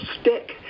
stick